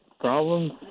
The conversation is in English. problems